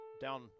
down